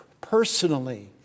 personally